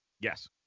Yes